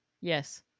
Yes